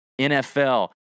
NFL